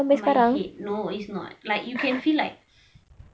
my head no it's not like you can feel like